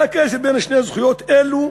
מה הקשר בין שתי זכויות אלו?